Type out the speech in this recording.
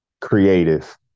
creative